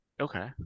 Okay